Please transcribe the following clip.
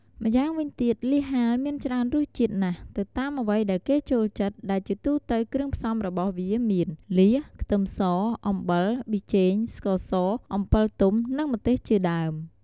ម្យ៉ាងវិញទៀតលៀសហាលមានច្រើនរសជាតិណាស់ទៅតាមអ្វីដែលគេចូលចិត្ត ដែលជាទូទៅគ្រឿងផ្សំរបស់វាមាន លៀស ខ្ទឹមស អំបិល ប៊ីចេង ស្ករស អំពិលទុំ និងម្ទេសជាដើម។